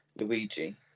Luigi